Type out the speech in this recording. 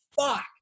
fuck